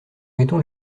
mettons